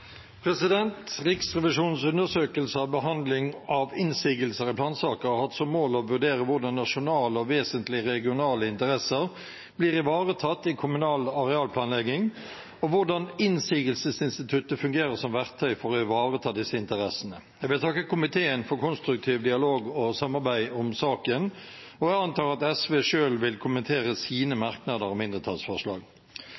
vedtatt. Riksrevisjonens undersøkelse av behandling av innsigelser i plansaker har hatt som mål å vurdere hvordan nasjonale og vesentlige regionale interesser blir ivaretatt i kommunal arealplanlegging, og hvordan innsigelsesinstituttet fungerer som verktøy for å ivareta disse interessene. Jeg vil takke komiteen for konstruktiv dialog og konstruktivt samarbeid om saken, og jeg antar at SV selv vil kommentere sine